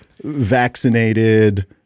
vaccinated